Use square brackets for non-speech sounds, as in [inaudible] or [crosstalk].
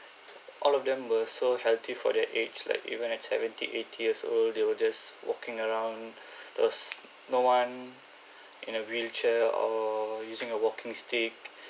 [breath] all of them were so healthy for their age like even at seventy eighty years old they were just walking around [breath] there was no one [breath] in a wheelchair or using a walking stick [breath]